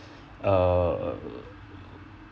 err